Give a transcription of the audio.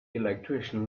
electrician